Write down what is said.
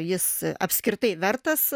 jis apskritai vertas